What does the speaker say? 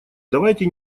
давайте